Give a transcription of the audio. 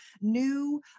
new